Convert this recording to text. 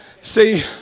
See